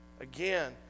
Again